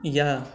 या